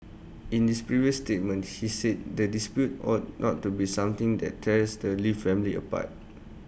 in this previous statement he said the dispute ought not to be something that tears the lee family apart